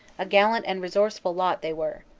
a gallant and resourceful lot they were.